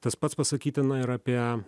tas pats pasakytina ir apie